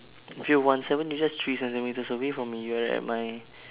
if you're one seven you just three centimetres away from me you are at my